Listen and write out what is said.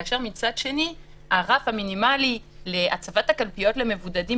כאשר מצד שני הרף המינימלי להצבת הקלפיות למבודדים